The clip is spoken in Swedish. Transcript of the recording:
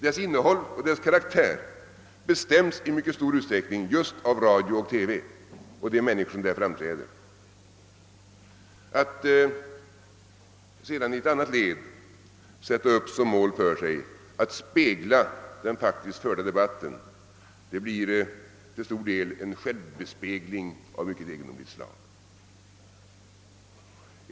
Dess innehåll och karaktär bestäms i mycket stor utsträckning just av radio och TV och de människor som där framträder. Att sedan i ett andra led sätta upp det målet för sig att spegla den faktiskt förda debatten blir till stor del en självspegling av mycket egendomligt slag.